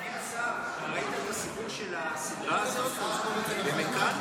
אדוני השר, ראית את הסיפור של הסדרה הזאת, במכאן?